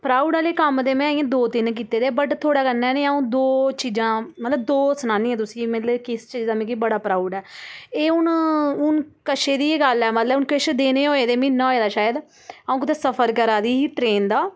proud आह्ले ते में कम्म इ'यां दो तिन कीते दे बट थुआढ़े कन्नै अ'ऊं दो चीज़ां मतलब दो सनानी आं तुसेंगी मतलब कि इस चीज़ा दा मिगी मतलब प्राउड ऐ एह् हून हून कच्छ दी गै गल्लै ऐ मतलब हून किश दिन होऐ दे म्हीना होऐ दा शायद अऊं कुदै सफर करा दी ही ट्रेन दा